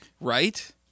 right